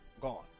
Gone